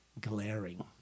glaring